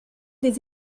des